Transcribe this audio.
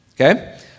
Okay